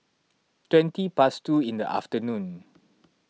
twenty past two in the afternoon